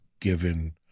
given